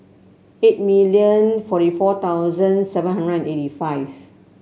eight million forty four thousand seven hundred and eighty five